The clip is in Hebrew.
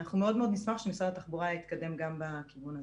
אנחנו מאוד נשמח שמשרד התחבורה יתקדם גם בכיוון הזה.